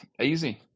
easy